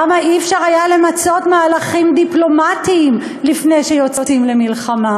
למה לא היה אפשר למצות מהלכים דיפלומטיים לפני שיוצאים למלחמה?